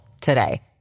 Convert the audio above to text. today